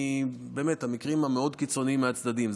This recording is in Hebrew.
באמת המקרים המאוד-קיצוניים מהצדדים.